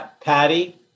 Patty